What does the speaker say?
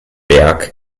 berg